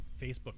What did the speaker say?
Facebook